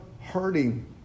hurting